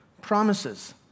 promises